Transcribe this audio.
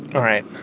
all right.